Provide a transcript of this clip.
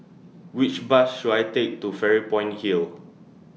Which Bus should I Take to Fairy Point Hill